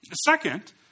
Second